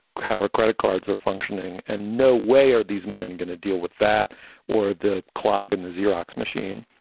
kind of her credit cards are functioning. and no way are these men going to deal with that or the clog in the xerox machine.